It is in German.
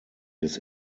des